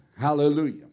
Hallelujah